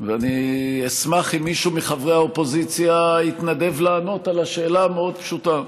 ואני אשמח אם מישהו מחברי האופוזיציה יתנדב לענות על השאלה המאוד-פשוטה.